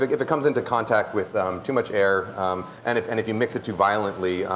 like if it comes into contact with them too much air and if and if you mix it too violently,